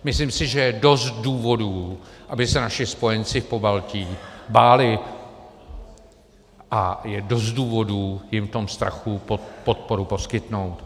Myslím si, že je dost důvodů, aby se naši spojenci v Pobaltí báli, a je dost důvodů jim v tom strachu podporu poskytnout.